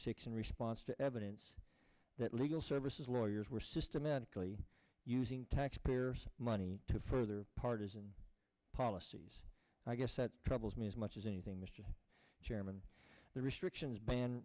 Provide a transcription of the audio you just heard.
six in response to evidence that legal services lawyers were systematically using taxpayer money to further partisan policies i guess that troubles me as much as anything mr chairman the restrictions ban